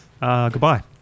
Goodbye